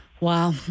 Wow